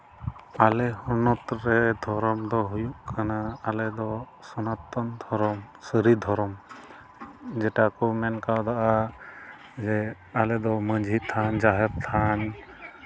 ᱟᱞᱮ ᱦᱚᱱᱚᱛ ᱨᱮ ᱫᱷᱚᱨᱚᱢ ᱫᱚ ᱦᱩᱭᱩᱜ ᱠᱟᱱᱟ ᱟᱞᱮ ᱫᱚ ᱥᱚᱱᱟᱛᱚᱱ ᱫᱷᱚᱨᱚᱢ ᱥᱟᱹᱨᱤ ᱫᱷᱚᱨᱚᱢ ᱡᱮᱴᱟ ᱠᱚ ᱢᱮᱱ ᱠᱟᱣᱫᱟᱜᱼᱟ ᱡᱮ ᱟᱞᱮ ᱫᱚ ᱢᱟᱹᱡᱷᱤ ᱛᱷᱟᱱ ᱡᱟᱦᱮᱨ ᱛᱷᱟᱱ